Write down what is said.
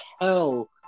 hell